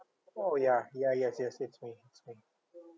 orh ya ya yes yes it's me it's me